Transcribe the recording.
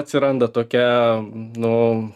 atsiranda tokia nu